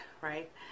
right